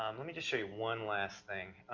let me just show you one last thing.